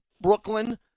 Brooklyn